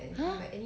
ha